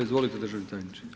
Izvolite državni tajniče.